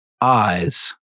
Eyes